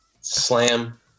Slam